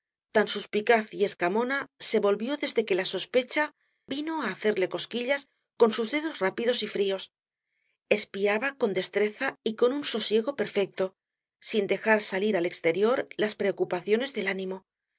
tan suspicaz y escamona se volvió desde que la sospecha vino á hacerle cosquillas con sus dedos rápidos y fríos espiaba con destreza y con un sosiego perfecto sin dejar salir al exterior las preocupaciones del ánimo